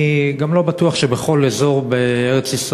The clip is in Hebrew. אני גם לא בטוח שבכל אזור בארץ-ישראל,